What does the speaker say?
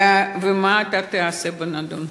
2. מה תעשה בנדון?